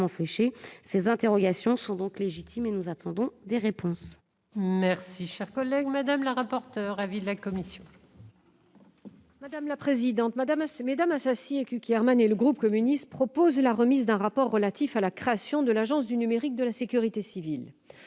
ces interrogations sont légitimes et nous attendons des réponses.